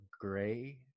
gray